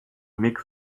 mix